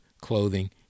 clothing